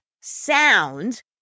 sound